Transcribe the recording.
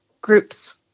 groups